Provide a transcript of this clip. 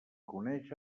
coneix